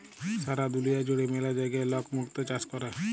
সারা দুলিয়া জুড়ে ম্যালা জায়গায় লক মুক্ত চাষ ক্যরে